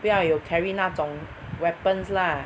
不要有 carry 那种 weapons lah